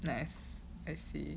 nice I see